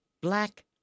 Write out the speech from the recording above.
black